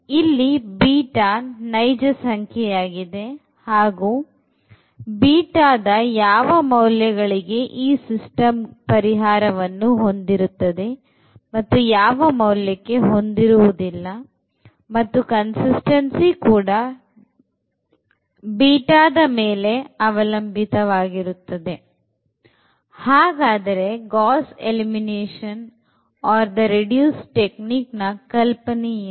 ಇಲ್ಲಿ β ನೈಜ ಸಂಖ್ಯೆ ಯಾಗಿದೆ ಹಾಗೂ betaದ ಯಾವ ಮೌಲ್ಯಗಳಿಗೆ ಈ ಸಿಸ್ಟಮ್ ಪರಿಹಾರವನ್ನು ಹೊಂದಿರುತ್ತದೆ ಮತ್ತು ಯಾವ ಮೌಲ್ಯಕ್ಕೆ ಹೊಂದಿರುವುದಿಲ್ಲ ಮತ್ತು ಕನ್ಸಿಸ್ಟೆನ್ಸಿ ಕೂಡ beta ಮೇಲೆ ಕೂಡ ಅವಲಂಬಿತವಾಗಿರುತ್ತದೆ ಹಾಗಾದರೆ Gauss elimination or the reduction technique ಕಲ್ಪನೆ ಏನು